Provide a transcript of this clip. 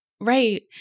right